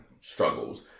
struggles